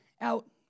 out